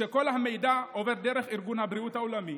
כשכל המידע עובר דרך ארגון הבריאות העולמי.